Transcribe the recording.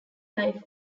life